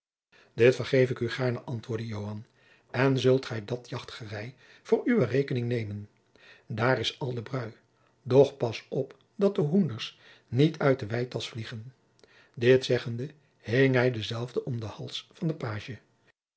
dit vergeef ik u gaarne antwoordde joan en zult gij dat jachtgerij voor uwe rekening nemen daar is al den brui doch pas op dat de hoenders niet uit de weitasch vliegen dit zeggende hing hij dezelve om den hals van den pagie